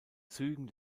zügen